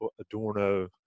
Adorno